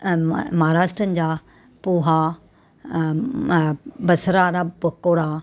महाराष्ट्र जा पोहा बसरु वारा पकौड़ा